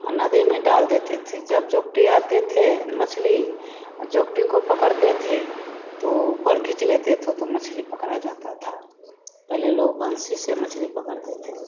और नदी में डाल देते थे जब जोगटी आती थी मछली जोगटी को पकड़ते थे तो ऊपर खीँच लेते थे तो मछली पकड़ी जाती थी पहले लोग बन्शी से मछली पकड़ते थे